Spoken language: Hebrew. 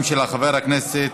גם של חבר הכנסת